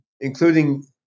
including